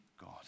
God